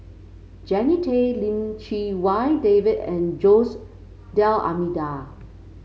Jannie Tay Lim Chee Wai David and Jose D'Almeida